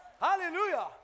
Hallelujah